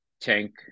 tank